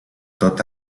tot